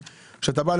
שאתה בא,